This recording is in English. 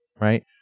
Right